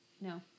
No